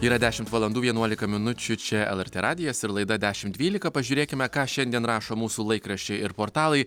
yra dešimt valandų vienuolika minučių čia lrt radijas ir laida dešimt dvylika pažiūrėkime ką šiandien rašo mūsų laikraščiai ir portalai